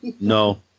No